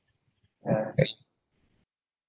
yeah